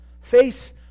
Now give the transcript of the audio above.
face